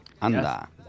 anda